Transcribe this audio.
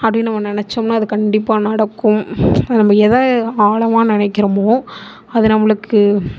அப்படின்னு ஒன்றை நினைச்சோம்னா அது கண்டிப்பாக நடக்கும் நம்ம எதை ஆழமாக நினைக்கிறமோ அது நம்மளுக்கு